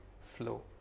flow